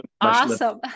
Awesome